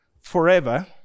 forever